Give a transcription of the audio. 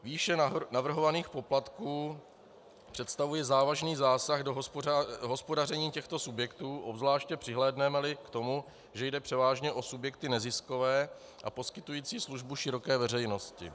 Výše navrhovaných poplatků představuje závažný zásah do hospodaření těchto subjektů, obzvláště přihlédnemeli k tomu, že jde převážně o subjekty neziskové a poskytující službu široké veřejnosti.